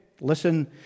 listen